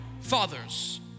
fathers